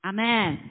Amen